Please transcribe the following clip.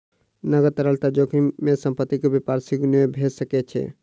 नकद तरलता जोखिम में संपत्ति के व्यापार शीघ्र नै भ सकै छै